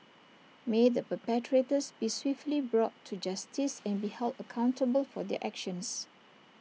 may the perpetrators be swiftly brought to justice and be held accountable for their actions